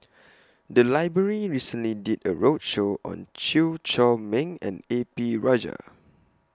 The Library recently did A roadshow on Chew Chor Meng and A P Rajah